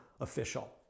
official